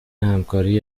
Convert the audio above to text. همکاری